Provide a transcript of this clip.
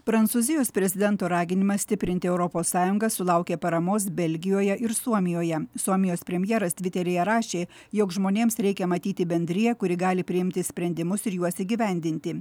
prancūzijos prezidento raginimas stiprinti europos sąjungą sulaukė paramos belgijoje ir suomijoje suomijos premjeras tviteryje rašė jog žmonėms reikia matyti bendriją kuri gali priimti sprendimus ir juos įgyvendinti